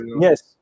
yes